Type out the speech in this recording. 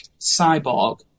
cyborg